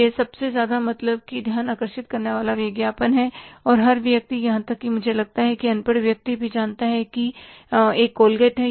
यह सबसे ज्यादा मतलब कि ध्यान आकर्षित करने वाला विज्ञापन है और हर व्यक्ति यहां तक कि मुझे लगता है कि अनपढ़ व्यक्ति भी जानता है कि एक कोलगेट है